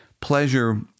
pleasure